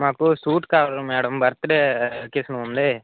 మాకు సూట్ కావలి madam birthday occasion ఉంది